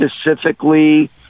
specifically